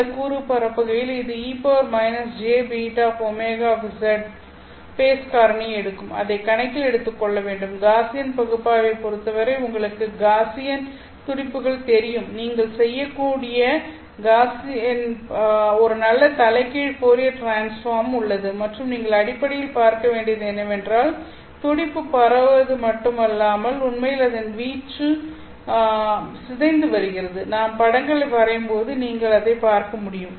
இந்த கூறு பரப்புகையில் அது e jß ωz ஃபேஸ் காரணியை எடுக்கும் அதை கணக்கில் எடுத்துக்கொள்ள வேண்டும் காஸியன் பகுப்பாய்வைப் பொறுத்தவரை உங்களுக்கு காஸியன் துடிப்புகள் தெரியும் நீங்கள் செய்யக்கூடிய ஒரு நல்ல தலைகீழ் ஃபோரியர் டிரான்ஸ்பார்ம் உள்ளது மற்றும் நீங்கள் அடிப்படையில் பார்க்க வேண்டியது என்னவென்றால் துடிப்பு பரவுவது மட்டுமல்லாமல் உண்மையில் அதன் வீச்சும் சிதைந்து வருகிறது நாம் படங்களை வரையும்போது நீங்கள் பார்க்க முடியும்